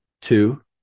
Two